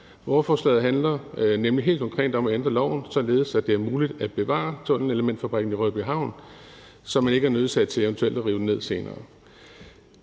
Lovforslaget handler nemlig helt konkret om at ændre loven, således at det er muligt at bevare tunnelelementfabrikken ved Rødbyhavn, så man ikke er nødsaget til eventuelt at rive den ned senere.